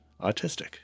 autistic